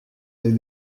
des